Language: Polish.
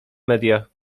media